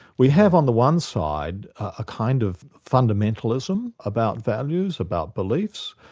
we have on the one side a kind of fundamentalism about values, about beliefs,